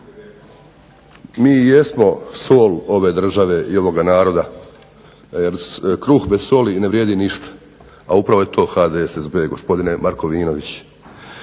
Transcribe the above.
Mi jesmo sol ove države i ovoga naroda jer kruh bez soli ne vrijedi ništa, a upravo je to HDSSB, gospodine Markovinović.